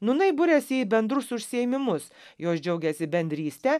nūnai buriasi į bendrus užsiėmimus jos džiaugiasi bendryste